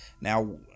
Now